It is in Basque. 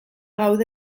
gaude